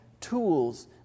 tools